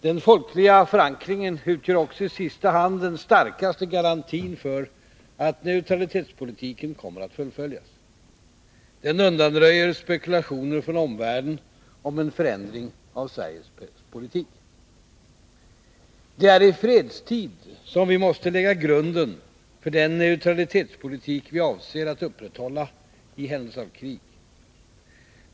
Den folkliga förankringen utgör också i sista hand den starkaste garantin för att neutralitetspolitiken kommer att fullföljas. Den undanröjer spekulationer från omvärlden om en förändring av Sveriges politik. Det är i fredstid som vi måste lägga grunden för den neutralitetspolitik vi avser att upprätthålla i händelse av krig.